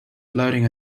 floating